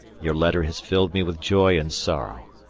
your letter has filled me with joy and sorrow.